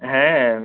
হ্যাঁ